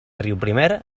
riuprimer